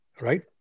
right